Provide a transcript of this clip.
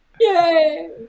Yay